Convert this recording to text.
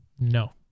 No